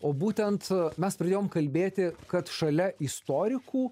o būtent mes pradėjom kalbėti kad šalia istorikų